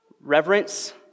reverence